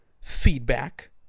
feedback